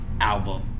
album